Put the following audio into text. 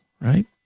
right